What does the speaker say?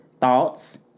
thoughts